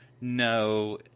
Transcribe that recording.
no